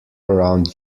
around